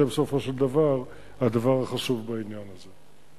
זה בסופו של דבר הדבר החשוב בעניין הזה.